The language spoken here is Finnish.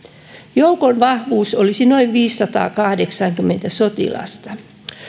joukon vahvuus olisi noin viisisataakahdeksankymmentä sotilasta